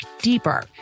deeper